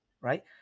right